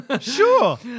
sure